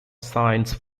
science